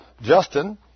Justin